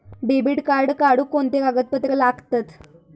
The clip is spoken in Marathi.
डेबिट कार्ड काढुक कोणते कागदपत्र लागतत?